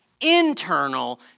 Internal